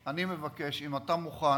אני מבקש, אם אתה מוכן,